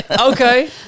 okay